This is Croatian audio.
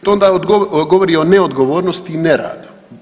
To onda govori o neodgovornosti i neradu.